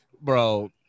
Bro